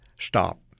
stop